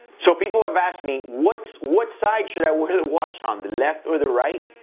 so people have asked me, what what side should i wear the watch on, the left or the right?